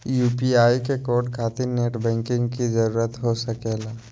UPI code खातिर net banking की जरूरत हो सके ला?